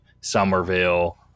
Somerville